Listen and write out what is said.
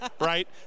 right